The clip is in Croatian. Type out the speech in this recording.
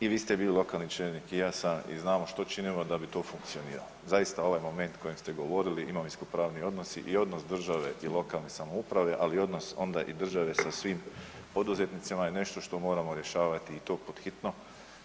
I vi ste bili lokalni čelnik i ja sam i znamo što činimo da bi to funkcioniralo, zaista ovaj moment o kojem ste govorili imovinskopravni odnosi i odnos države i lokalne samouprave, ali odnos onda i države sa svim poduzetnicima je nešto što moramo rješavati i to pod hitno